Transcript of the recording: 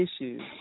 issues